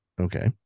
Okay